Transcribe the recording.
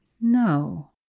No